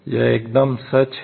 यह एकदम सच है